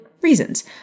reasons